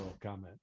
comment